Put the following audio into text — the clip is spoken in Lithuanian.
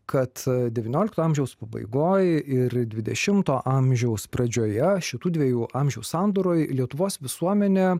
kad devyniolikto amžiaus pabaigoj ir dvidešimto amžiaus pradžioje šitų dviejų amžių sandūroj lietuvos visuomenė